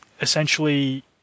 essentially